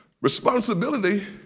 Responsibility